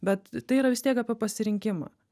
bet tai yra vis tiek apie pasirinkimą